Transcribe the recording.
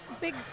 big